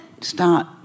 start